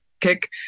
kick